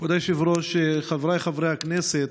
כבוד היושב-ראש, חבריי חברי הכנסת,